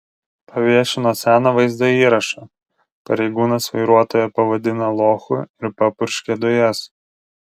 paviešino seną vaizdo įrašą pareigūnas vairuotoją pavadina lochu ir papurškia dujas